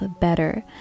better